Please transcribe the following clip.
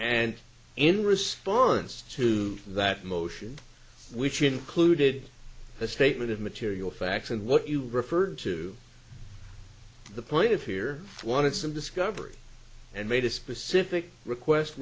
and in response to that motion which included a statement of material facts and what you referred to the point here wanted some discovery and made a specific request